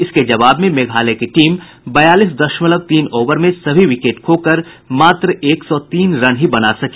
इसके जवाब में मेघायल की टीम बयालीस दशमलव तीन ओवर में सभी विकेट खोकर मात्र एक सौ तीन रन ही बना सकी